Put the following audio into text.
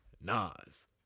Nas